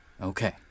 Okay